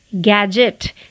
Gadget